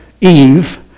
Eve